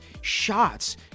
shots